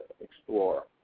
explore